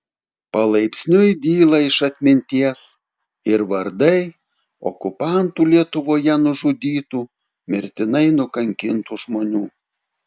palaipsniui dyla iš atminties ir vardai okupantų lietuvoje nužudytų mirtinai nukankintų žmonių